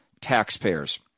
taxpayers